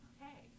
Okay